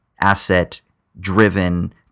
asset-driven